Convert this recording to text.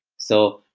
so,